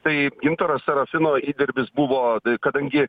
tai gintaro sarafino įdirbis buvo kadangi